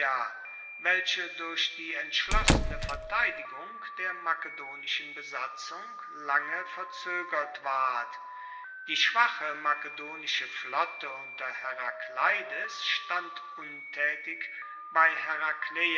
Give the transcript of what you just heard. welche durch die entschlossene verteidigung der makedonischen besatzung lange verzoegert ward die schwache makedonische flotte unter herakleides stand untaetig bei herakleia